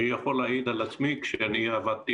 אני יכול להעיד על עצמי כשאני עבדתי